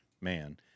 man